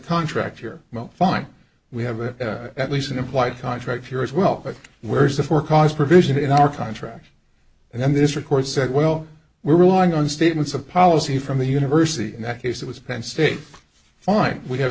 well fine we have it at least an implied contract here as well but where's the for cause provision in our contract and then this record said well we're relying on statements of policy from the university in that case it was penn state fine we have